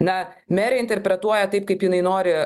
na merė interpretuoja taip kaip jinai nori